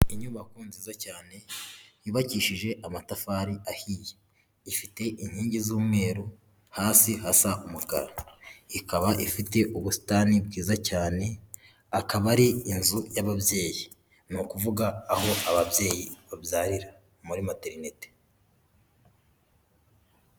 Inyubako nziza cyane yubakishije amatafari ahiye. Ifite inkingi z'umweru, hasi hasa umukara. Ikaba ifite ubusitani bwiza cyane, akaba ari inzu y'ababyeyi. Ni ukuvuga aho ababyeyi babyarira muri materinite.